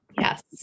Yes